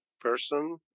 person